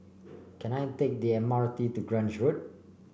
can I take the M R T to Grange Road